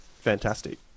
fantastic